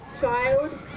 child